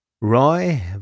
Roy